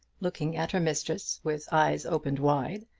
looking at her mistress with eyes opened wide,